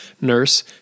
nurse